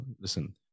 listen